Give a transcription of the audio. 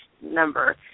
number